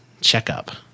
checkup